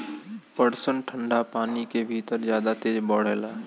पटसन ठंडा पानी के भितर जादा तेज बढ़ेला